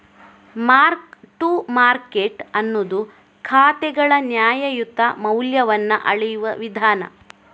mark to market ಅನ್ನುದು ಖಾತೆಗಳ ನ್ಯಾಯಯುತ ಮೌಲ್ಯವನ್ನ ಅಳೆಯುವ ವಿಧಾನ